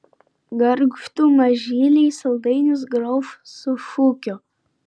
gargždų mažyliai saldainius grauš su šūkiu